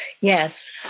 Yes